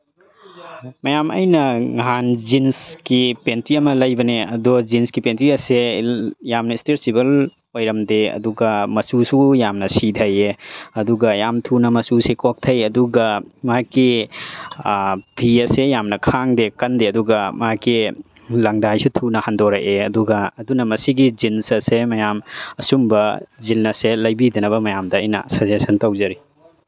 ꯃꯌꯥꯝ ꯑꯩꯅ ꯅꯍꯥꯟ ꯖꯤꯟꯁꯀꯤ ꯄꯦꯟꯇꯤ ꯑꯃ ꯂꯩꯕꯅꯦ ꯑꯗꯣ ꯖꯤꯟꯁꯀꯤ ꯄꯦꯟꯇꯤ ꯑꯁꯦ ꯌꯥꯝꯅ ꯏꯁꯇ꯭ꯔꯦꯆꯦꯕꯜ ꯑꯣꯏꯔꯝꯗꯦ ꯑꯗꯨꯒ ꯃꯆꯨꯁꯨ ꯌꯥꯝ ꯁꯤꯊꯩꯌꯦ ꯑꯗꯨꯒ ꯌꯥꯝ ꯊꯨꯅ ꯃꯆꯨꯁꯦ ꯀꯣꯛꯊꯩ ꯑꯗꯨꯒ ꯃꯥꯒꯤ ꯐꯤ ꯑꯁꯦ ꯌꯥꯝꯅ ꯈꯥꯡꯗꯦ ꯀꯟꯗꯦ ꯑꯗꯨꯒ ꯃꯥꯒꯤ ꯂꯪꯗꯥꯏꯁꯨ ꯊꯨꯅ ꯍꯟꯗꯣꯔꯛꯑꯦ ꯑꯗꯨꯒ ꯑꯗꯨꯅ ꯃꯁꯤꯒꯤ ꯖꯤꯟꯁ ꯑꯁꯦ ꯃꯌꯥꯝ ꯑꯁꯨꯝꯕ ꯖꯤꯟ ꯑꯁꯦ ꯂꯩꯕꯤꯗꯅꯕ ꯃꯌꯥꯝꯗ ꯑꯩꯅ ꯁꯖꯦꯁꯟ ꯇꯧꯖꯔꯤ